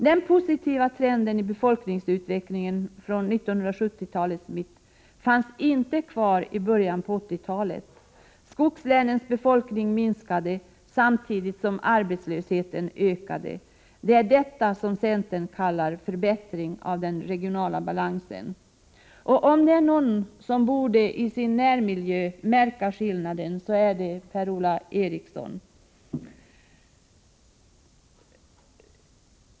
Den positiva trenden i befolkningsutvecklingen från 1970-talets mitt fanns inte kvar i början av 1980-talet. Skogslänens befolkning minskade samtidigt som arbetslösheten ökade. Det är detta som centern kallar förbättring av den regionala balansen. Om det är någon som i sin närmiljö borde märka skillnaden, så är det Per-Ola Eriksson.